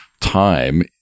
time